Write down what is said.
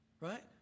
Right